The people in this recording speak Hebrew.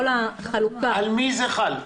על מי זה חל?